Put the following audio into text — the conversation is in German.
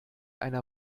einer